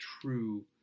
true